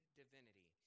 divinity